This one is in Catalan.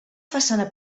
façana